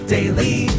Daily